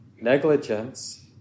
negligence